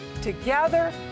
together